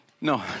No